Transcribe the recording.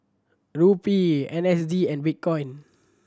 Rupee N S D and Bitcoin